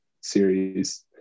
series